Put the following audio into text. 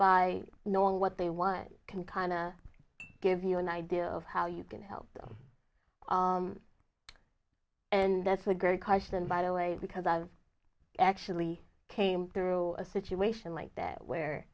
by knowing what they want can kind of give you an idea of how you can help them and that's a great question by the way because i've actually came through a situation like that where